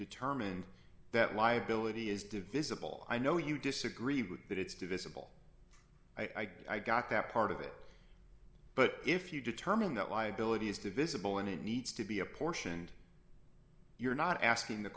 determine that liability is divisible i know you disagree with that it's divisible i got that part of it but if you determine that liability is divisible and it needs to be apportioned you're not asking the